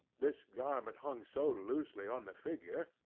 this garment hung so loosely on the figure,